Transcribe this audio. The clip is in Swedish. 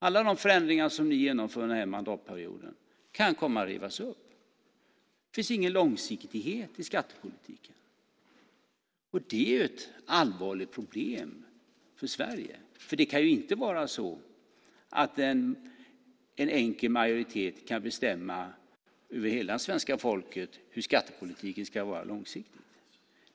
Alla de förändringar som ni genomför under den här mandatperioden kan komma att rivas upp. Det finns ingen långsiktighet i skattepolitiken. Det är ett allvarligt problem för Sverige. Det kan ju inte vara så att en enkel majoritet kan bestämma över hela svenska folket när det gäller hur skattepolitiken långsiktigt ska vara.